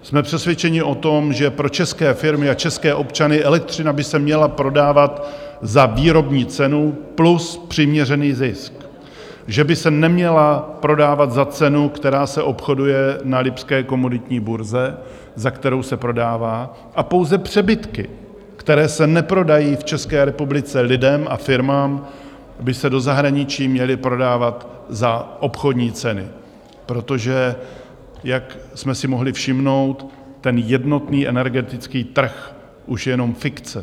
Jsme přesvědčeni o tom, že pro české firmy a české občany elektřina by se měla prodávat za výrobní cenu plus přiměřený zisk, že by se neměla prodávat za cenu, která se obchoduje na lipské komoditní burze, za kterou se prodává, a pouze přebytky, které se neprodají v České republice lidem a firmám, by se do zahraničí měly prodávat za obchodní ceny, protože jak jsme si mohli všimnout, jednotný energetický trh už je jenom fikce.